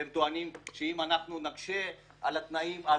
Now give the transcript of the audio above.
והם טוענים שאם אנחנו נקשה על התנאים,